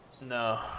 No